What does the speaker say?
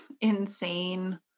insane